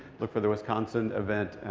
look for the wisconsin event,